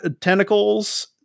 tentacles